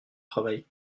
travail